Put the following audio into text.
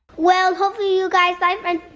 well, hopefully you guys liked my